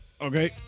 Okay